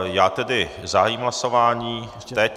Já tedy zahájím hlasování teď.